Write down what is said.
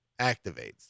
activates